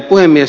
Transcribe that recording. puhemies